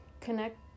Connect